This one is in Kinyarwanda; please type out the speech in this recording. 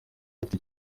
mfite